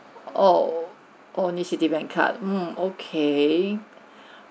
orh only citibank card mm okay